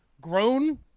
grown